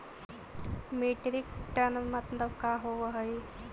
Metric tonne मतलब का होव हइ?